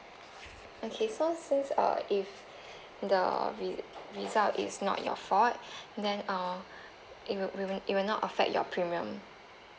okay so since uh if the re~ result is not your fault then uh it will we will it will not affect your premium